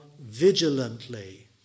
vigilantly